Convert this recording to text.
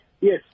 Yes